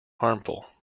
harmful